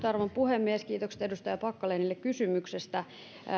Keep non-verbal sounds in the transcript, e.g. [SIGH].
[UNINTELLIGIBLE] arvon puhemies kiitokset edustaja packalenille kysymyksestä